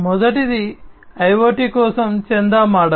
మొదటిది IoT కోసం చందా మోడల్